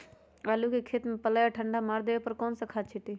आलू के खेत में पल्ला या ठंडा मार देवे पर कौन खाद छींटी?